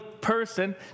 person